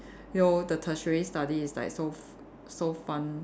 you know the tertiary study is like so f~ so fun